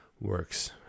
works